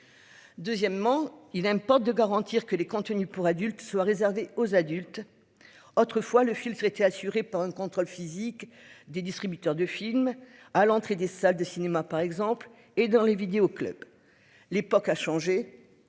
Deuxièmement, il aime pas de garantir que les contenus pour adultes soient réservés aux adultes. Autrefois le filtre était assuré par un contrôle physique des distributeurs de films à l'entrée des salles de cinéma par exemple et dans les vidéos clubs. L'époque a changé.